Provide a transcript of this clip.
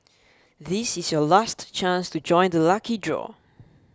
this is your last chance to join the lucky draw